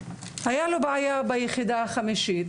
הייתה לו בעיה ביחידה החמישית,